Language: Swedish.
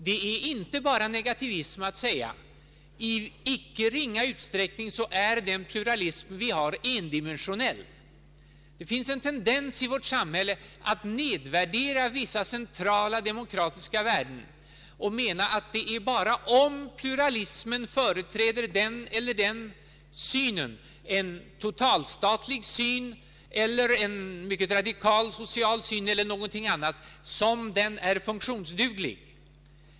Det är inte bara negativism att säga: I icke ringa utsträckning är den pluralism vi har endimensionell. — Det finns en tendens i vårt samhälle att nedvärdera vissa centrala demokratiska värden och mena att det är bara om pluralismen företräder den eller den synen — en totalstatlig syn eller en mycket radikal social syn eller någonting annat — som den är funktionsduglig.